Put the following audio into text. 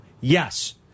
Yes